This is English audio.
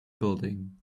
building